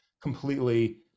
completely